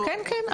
כן, כן.